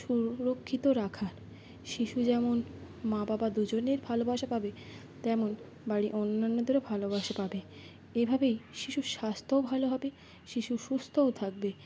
সুরক্ষিত রাখার শিশু যেমন মা বাবা দুজনের ভালোবাসা পাবে তেমন বাড়ির অন্যান্যদেরও ভালোবাসা পাবে এভাবেই শিশুর স্বাস্থ্যও ভালো হবে শিশু সুস্থও থাকবে